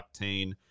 Octane